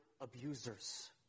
abusers